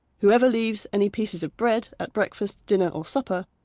whoever leaves any pieces of bread at breakfast, dinner or supper,